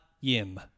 Yim